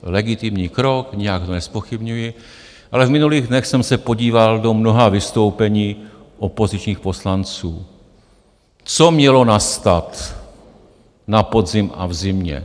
Legitimní krok, nijak ho nezpochybňuji, ale v minulých dnech jsem se podíval do mnoha vystoupení opozičních poslanců, co mělo nastat na podzim a v zimě.